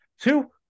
Two